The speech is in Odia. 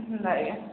ହେନ୍ତା ଆଏ କାଏଁ